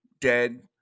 dead